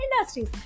industries